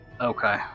Okay